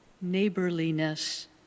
neighborliness